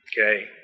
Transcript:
Okay